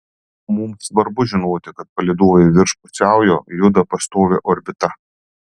mums svarbu žinoti kad palydovai virš pusiaujo juda pastovia orbita